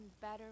better